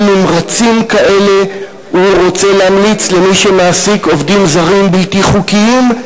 נמרצים כאלה הוא רוצה להמליץ למי שמעסיק עובדים זרים בלתי חוקיים,